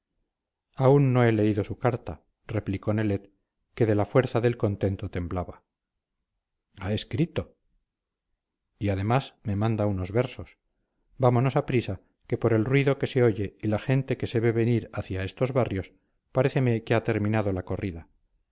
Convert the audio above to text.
aún no he leído su carta replicó nelet que de la fuerza del contento temblaba ha escrito y además me manda unos versos vámonos aprisa que por el ruido que se oye y la gente que se ve venir hacia estos barrios paréceme que ha terminado la corrida